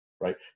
right